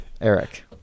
Eric